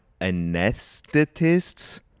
anesthetists